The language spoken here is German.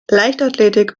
leichtathletik